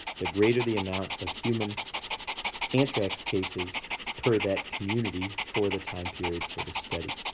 the greater the amount of human anthrax cases per that community for the time period for the study.